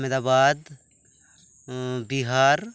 Ahmedabad Bihar